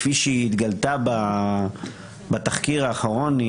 כפי שהיא התגלתה בתחקיר האחרון,